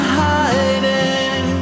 hiding